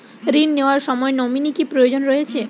ঋণ নেওয়ার সময় নমিনি কি প্রয়োজন রয়েছে?